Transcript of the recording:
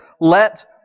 let